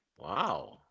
Wow